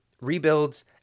rebuilds